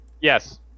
Yes